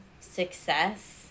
success